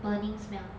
burning smell